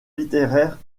littéraire